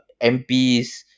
MPs